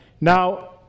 Now